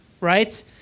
right